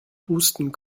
husten